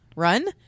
run